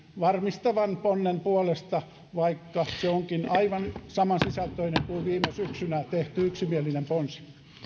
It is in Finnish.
varmistavan ponnen puolesta vaikka se onkin aivan samansisältöinen kuin viime syksynä tehty yksimielinen ponsi